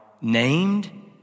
named